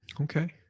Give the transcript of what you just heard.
Okay